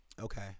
Okay